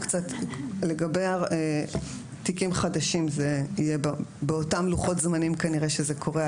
לגבי תיקים חדשים זה יהיה באותם לוחות זמנים שזה קורה היום.